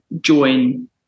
join